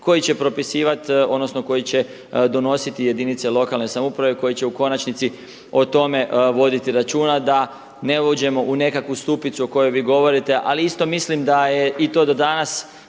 koji će propisivati odnosno koji će donositi jedinice lokalne samouprave koje će u konačnici o tome voditi računa da ne uđemo u nekakvu stupicu o kojoj vi govorite. Ali isto mislim da je i to do danas